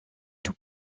tout